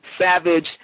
savage